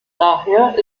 daher